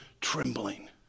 Trembling